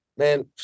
Man